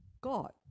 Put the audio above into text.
God